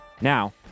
Now